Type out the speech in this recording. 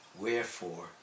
wherefore